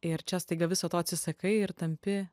ir čia staiga viso to atsisakai ir tampi